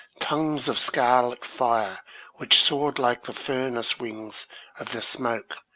tongues of scarlet fire which soared like the furnace-wings of the smoke,